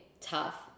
tough